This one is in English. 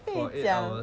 ya